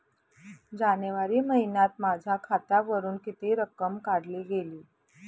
जानेवारी महिन्यात माझ्या खात्यावरुन किती रक्कम काढली गेली?